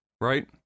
Right